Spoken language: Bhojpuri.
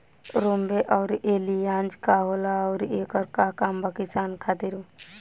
रोम्वे आउर एलियान्ज का होला आउरएकर का काम बा किसान खातिर?